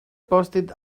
posted